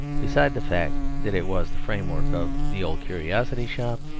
besides the fact that it was the frame-work of the old curiosity shop.